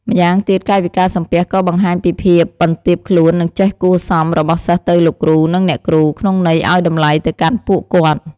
ម្យ៉ាងទៀត កាយវិការសំពះក៏បង្ហាញពីភាពបន្ទាបខ្លួននិងចេះគួរសមរបស់សិស្សទៅលោកគ្រូ និងអ្នកគ្រូ ក្នុងន័យអោយតម្លៃទៅកាន់ពួកគាត់។